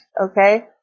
Okay